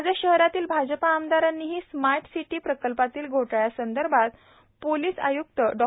आजच शहरातील भाजप आमदारांनीही कथित स्मार्ट सिटी प्रकल्पातील घोटाळ्यासंदर्भात पोलिस आय्क्त डॉ